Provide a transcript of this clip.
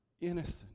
innocent